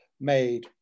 made